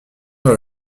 dans